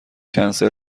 کنسل